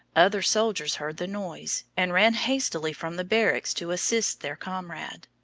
other soldiers heard the noise, and ran hastily from the barracks to assist their comrade.